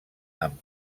amb